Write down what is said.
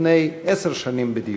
לפני עשר שנים בדיוק,